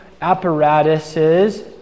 apparatuses